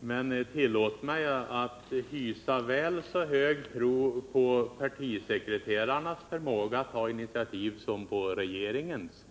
men tillåt mig att hysa väl så stor tro på partisekreterarnas förmåga att ta initiativ som på regeringens.